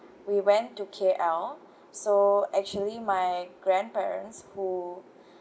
we went to K_L so actually my grandparents who